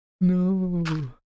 No